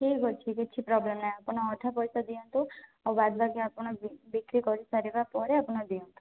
ଠିକ୍ ଅଛି କିଛି ପ୍ରୋବ୍ଲେମ୍ ନାହିଁ ଆପଣ ଅଧା ପଇସା ଦିଅନ୍ତୁ ଆଉ ବାଦ୍ ବାକି ଆପଣ ବିକ୍ରି କରିସାରିବା ପରେ ଆପଣ ଦିଅନ୍ତୁ